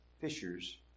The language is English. fishers